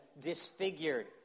disfigured